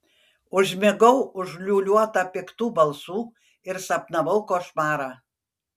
užmigau užliūliuota piktų balsų ir sapnavau košmarą